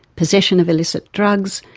possession of illicit drugs,